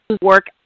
work